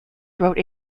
wrote